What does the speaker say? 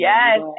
Yes